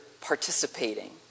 participating